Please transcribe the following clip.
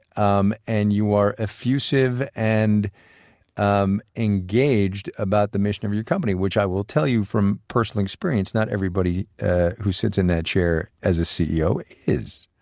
um and you are effusive and um engaged about the mission of of your company, which i will tell you from personal experience, not everybody who sits in that chair as a ceo is